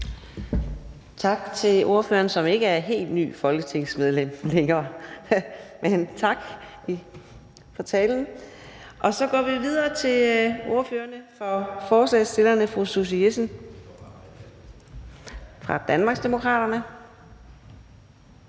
Tak til ordføreren, som ikke længere er et helt nyt folketingsmedlem. Tak for talen. Så går vi videre til ordføreren for forslagsstillerne, fru Susie Jessen fra Danmarksdemokraterne.